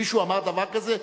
מישהו אמר דבר כזה?